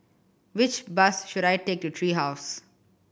which bus should I take to Tree House